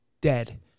dead